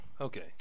Okay